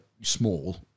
small